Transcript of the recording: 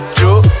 Yo